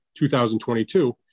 2022